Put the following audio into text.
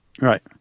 Right